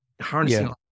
harnessing